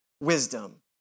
wisdom